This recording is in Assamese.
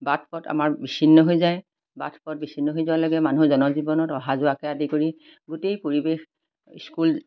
বাট পথ আমাৰ বিচিন্ন হৈ যায় বাট পথ বিচিন্ন হৈ যোৱাৰ লগে লগে মানুহ জনজীৱনত অহা যোৱাকে আদি কৰি গোটেই পৰিৱেশ স্কুল